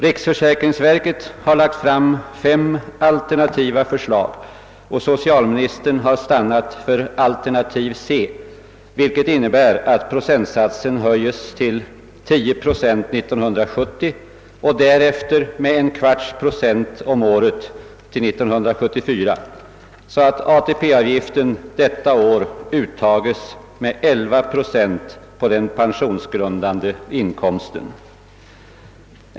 Riksförsäkringsverket har lagt fram fem alternativa förslag och socialministern har stannat för älternativ C, vilket innebär att pro centsatsen höjs till 10 år 1970 och därefter med en kvarts procent om året till 1974, så att ATP-avgiften detta år uttas med 11 procent på den pensionsgrundande inkomsten.